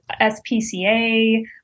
SPCA